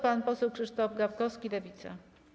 Pan poseł Krzysztof Gawkowski, Lewica.